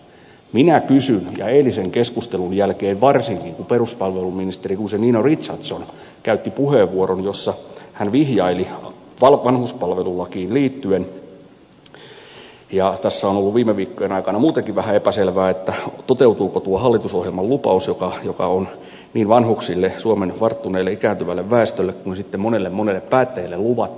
minä kysyn ja eilisen keskustelun jälkeen varsinkin kun peruspalveluministeri guzenina richardson käytti puheenvuoron jossa hän vihjaili vanhuspalvelulakiin liittyen ja tässä on ollut viime viikkojen aikana muutenkin vähän epäselvää toteutuuko tuo hallitusohjelman lupaus joka on niin vanhuksille suomen varttuneelle ikääntyvälle väestölle kuin sitten monelle monelle päättäjälle luvattu